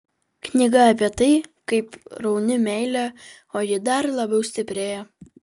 knyga apie tai kaip rauni meilę o ji dar labiau stiprėja